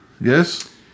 Yes